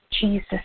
Jesus